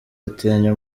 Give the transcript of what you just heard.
atinya